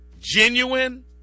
genuine